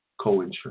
coinsurance